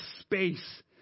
space